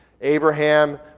Abraham